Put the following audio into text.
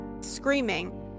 screaming